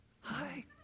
Hi